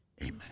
Amen